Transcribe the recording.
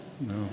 no